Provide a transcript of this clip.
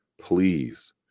Please